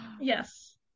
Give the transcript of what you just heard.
yes